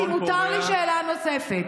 כי מותר לי שאלה נוספת.